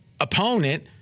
opponent